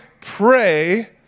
pray